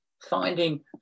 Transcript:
Finding